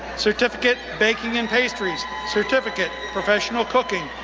certificate, baking and pastries, certificate, professional cooking,